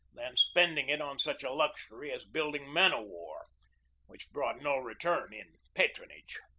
than spending it on such a luxury as building men-of-war, which brought no return in patronage.